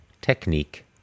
technique